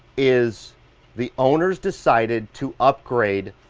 is the owners decided to upgrade,